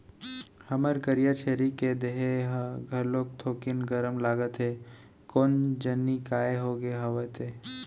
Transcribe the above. हमर करिया छेरी के देहे ह घलोक थोकिन गरम लागत हे कोन जनी काय होगे हवय ते?